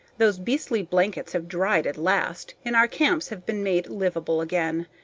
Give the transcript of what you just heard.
those beastly blankets have dried at last, and our camps have been made livable again.